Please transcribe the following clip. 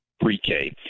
pre-K